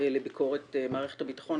לביקורת מערכת הביטחון,